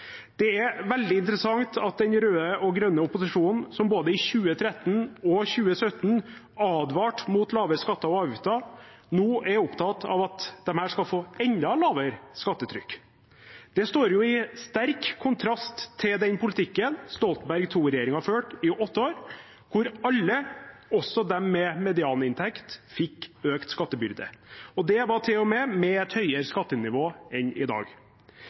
Det er veldig interessant at den røde og grønne opposisjonen, som både i 2013 og 2017 advarte mot lavere skatter og avgifter, nå er opptatt av at disse skal få enda lavere skattetrykk. Det står i sterk kontrast til den politikken Stoltenberg II-regjeringen førte i åtte år, da alle, også de med medianinntekt, fikk økt skattebyrde. Det var til og med med et høyere skattenivå enn i dag.